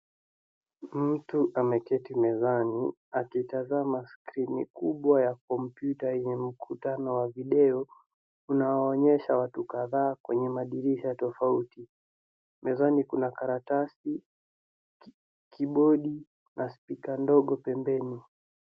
Mtu ameketi mezani akitazama skrini kubwa ya kompyuta yenye mkutano wa video unaoonyesha watu kadhaa kwenye madirisha tofauti. Mezani kuna karatasi, kibodi na sticker ndogo pembeni.